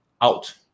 out